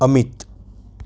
Amit